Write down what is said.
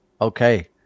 Okay